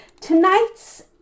tonight's